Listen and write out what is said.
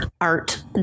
art